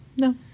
No